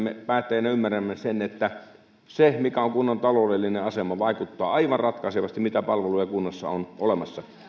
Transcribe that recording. me kaikki päättäjinä ymmärrämme sen että se mikä on kunnan taloudellinen asema vaikuttaa aivan ratkaisevasti siihen mitä palveluja kunnassa on olemassa